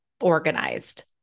organized